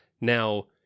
now